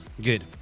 Good